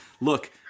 look